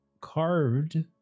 carved